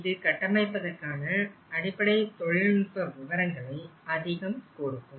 எனவே இது கட்டமைப்பதற்கான அடிப்படை தொழில்நுட்ப விவரங்களை அதிகம் கொடுக்கும்